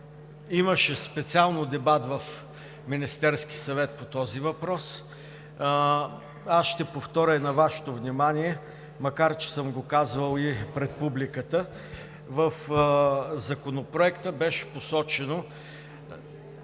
Имаше специално дебат в Министерския съвет по този въпрос. Аз ще повторя и на Вашето внимание, макар че съм го казвал и пред публиката – в Законопроекта беше посочено,